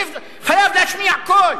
חייב להשמיע קול,